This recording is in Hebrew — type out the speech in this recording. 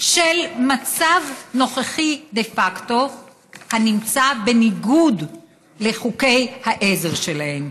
מצב נוכחי דה פקטו הנמצא בניגוד לחוקי העזר שלהם.